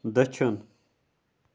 دٔچھُن